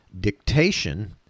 dictation